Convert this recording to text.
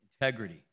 integrity